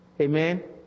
Amen